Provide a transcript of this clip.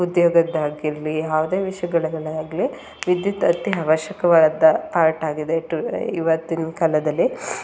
ಉದ್ಯೋಗದ್ದಾಗಿರಲಿ ಯಾವುದೇ ವಿಷಯಗಳೆಗಳೇ ಆಗಲಿ ವಿದ್ಯುತ್ ಅತಿ ಆವಶ್ಯಕವಾದ ಪಾರ್ಟ್ ಆಗಿದೆ ಟು ಇವತ್ತಿನ ಕಾಲದಲ್ಲಿ